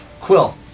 Quill